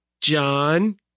John